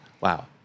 Wow